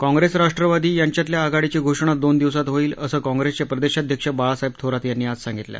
काँग्रेस राष्ट्रवादी यांच्यातल्या आघाडीची घोषणा दोन दिवसात होईल असं काँग्रेसचे प्रदेशाध्यक्ष बाळासाहेब थोरात यांनी आज सांगितलं